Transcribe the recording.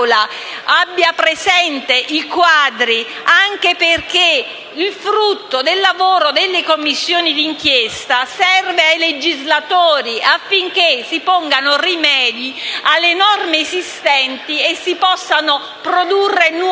abbia presente le situazioni, anche perché il frutto del lavoro delle Commissioni d'inchiesta serve ai legislatori affinché si pongano rimedi alla normativa esistente attraverso la produzione